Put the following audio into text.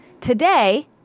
Today